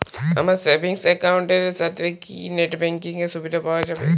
আমার savings account এর সাথে কি নেটব্যাঙ্কিং এর সুবিধা পাওয়া যাবে?